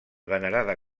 venerada